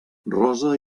rosa